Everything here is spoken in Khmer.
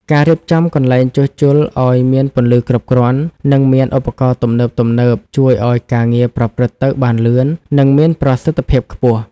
ការរៀបចំកន្លែងជួសជុលឱ្យមានពន្លឺគ្រប់គ្រាន់ និងមានឧបករណ៍ទំនើបៗ ជួយឱ្យការងារប្រព្រឹត្តទៅបានលឿន និងមានប្រសិទ្ធភាពខ្ពស់។